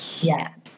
Yes